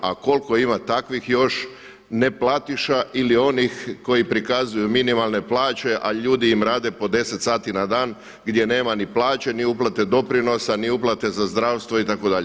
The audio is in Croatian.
A koliko ima takvih još neplatiša ili onih koji prikazuju minimalne plaće a ljudi im rade po 10 sati na dan gdje nema ni plaće ni uplate doprinosa, ni uplate za zdravstvo itd.